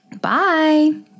bye